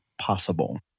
possible